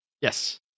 Yes